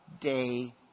day